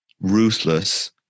ruthless